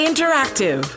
Interactive